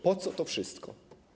Po co to wszystko?